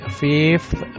fifth